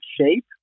shape